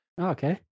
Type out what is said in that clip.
Okay